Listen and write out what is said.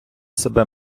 себе